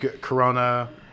Corona